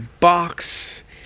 box